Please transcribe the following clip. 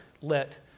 let